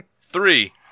Three